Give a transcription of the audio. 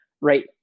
right